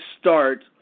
start